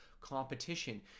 competition